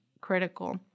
critical